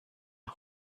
and